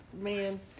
man